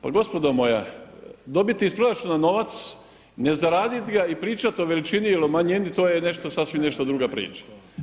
Pa gospodo moja pa dobiti iz proračuna novac, ne zaradit ga i pričat o većini il o manjini to je nešto sasvim nešto druga priča.